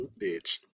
bitch